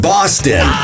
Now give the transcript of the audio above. Boston